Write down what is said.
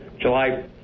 July